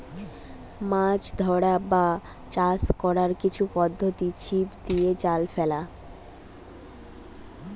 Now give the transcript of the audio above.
মাছ ধরার বা চাষ কোরার কিছু পদ্ধোতি ছিপ দিয়ে, জাল ফেলে